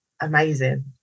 Amazing